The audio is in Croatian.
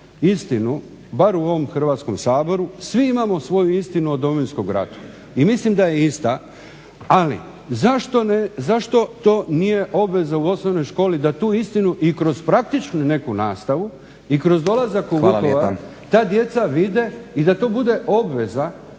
istinu, bar u ovom Hrvatskom saboru, svi imamo svoju istinu o Domovinskom ratu. I mislim da je ista, ali zašto to nije obveza u osnovnoj školi da tu istinu i kroz praktičnu neku nastavu i kroz dolazak u Vukovar ta djeca vide i da to bude obveza,